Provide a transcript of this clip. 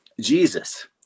Jesus